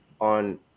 on